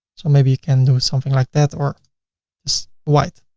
so maybe you can do something like that or just white.